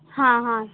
हा हा